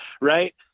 right